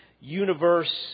universe